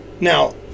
Now